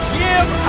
give